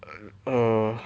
err